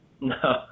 No